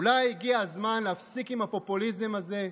אולי הגיע הזמן להפסיק עם הפופוליזם הזה,